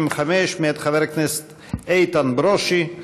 מאת חבר הכנסת איתן ברושי.